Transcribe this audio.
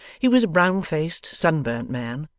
he was a brown-faced sun-burnt man,